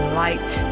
light